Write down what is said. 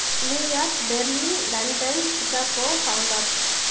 New York Berlin London Chicago Hong Kong